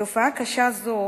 תופעה קשה זו